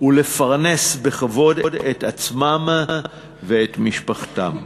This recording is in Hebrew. ולפרנס בכבוד את עצמם ואת משפחתם.